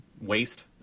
waste